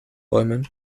bäumen